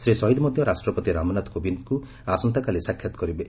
ଶ୍ରୀ ସହିଦ ମଧ୍ୟ ରାଷ୍ଟ୍ରପତି ରାମନାଥ କୋବିନ୍ଦଙ୍କୁ ଆସନ୍ତାକାଲି ସାକ୍ଷାତ କରିବେ